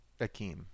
Akeem